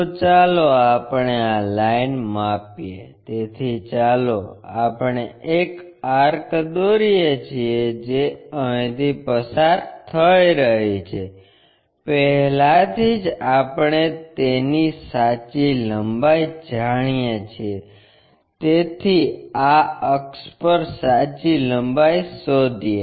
તો ચાલો આપણે આ લાઈન માપીએ તેથી ચાલો આપણે એક આર્ક દોરીએ છીએ જે અહીથી પસાર થઈ રહી છે પહેલાથી જ આપણે તેની સાચી લંબાઈ જાણીએ છીએ તેથી આ અક્ષ પર સાચી લંબાઈ શોધીએ